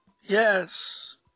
Yes